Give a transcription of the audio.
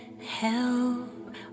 Help